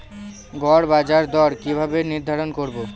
গড় বাজার দর কিভাবে নির্ধারণ করব?